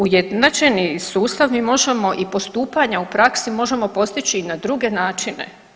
Ujednačeni sustav, mi možemo i postupanja u praksi možemo postići i na druge načine.